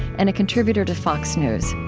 and a contributor to fox news.